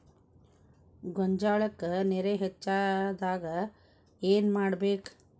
ಗೊಂಜಾಳಕ್ಕ ನೇರ ಹೆಚ್ಚಾದಾಗ ಏನ್ ಮಾಡಬೇಕ್?